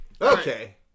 Okay